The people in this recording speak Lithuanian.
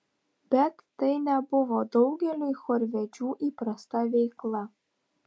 bet tai nebuvo daugeliui chorvedžių įprasta veikla